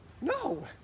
No